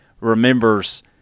remembers